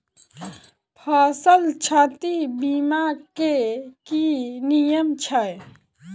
फसल क्षति बीमा केँ की नियम छै?